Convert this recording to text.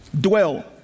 Dwell